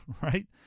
right